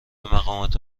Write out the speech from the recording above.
مقامات